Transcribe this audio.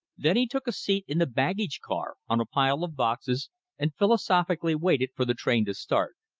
then he took a seat in the baggage car on a pile of boxes and philosophically waited for the train to start.